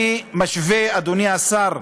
אני משווה, אדוני השר,